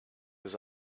his